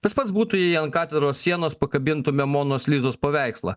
tas pats būtų jei ant katedros sienos pakabintume monos lizos paveikslą